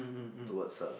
towards her